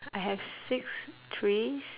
I have six trees